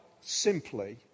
simply